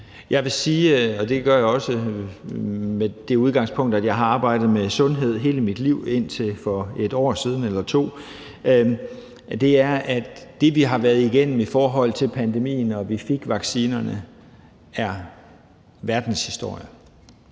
Jeg vil sige – og det gør jeg også med det udgangspunkt, at jeg har arbejdet med sundhed hele mit liv indtil for et eller to år siden – at det, som vi har været igennem i forhold til pandemien, og at vi fik vaccinerne, er verdenshistorie.